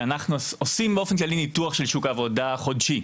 עושים באופן כללי ניתוח של שוק העבודה חודשי.